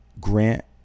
Grant